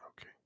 okay